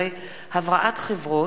17) (הבראת חברות),